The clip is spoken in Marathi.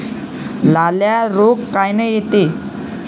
लाल्या रोग कायनं येते?